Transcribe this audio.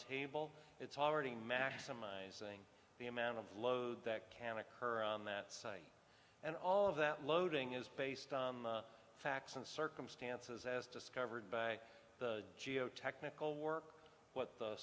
table it's already maximizing the amount of load that can occur on that site and all of that loading is based on the facts and circumstances as discovered by the geotechnical work what the